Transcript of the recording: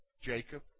Jacob